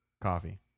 Coffee